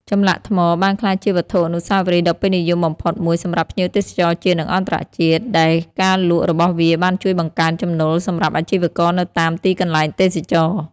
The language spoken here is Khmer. ចម្លាក់ថ្មបានក្លាយជាវត្ថុអនុស្សាវរីយ៍ដ៏ពេញនិយមបំផុតមួយសម្រាប់ភ្ញៀវទេសចរណ៍ជាតិ និងអន្តរជាតិ ដែលការលក់របស់វាបានជួយបង្កើនចំណូលសម្រាប់អាជីវករនៅតាមទីកន្លែងទេសចរណ៍។